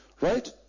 right